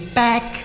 back